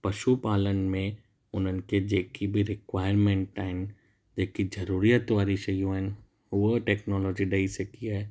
पशु पालन में उन्हनि खे जेकी बि रिक्वार्मेंट आहिनि जेकी जरूरीअत वारी शयूं आहिनि हूअ टेक्नोलॉजी ॾेई सघी आहे